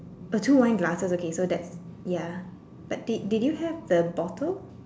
two wine glasses okay so that ya but did did you have the bottle